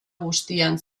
guztian